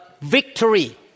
victory